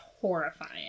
horrifying